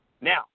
Now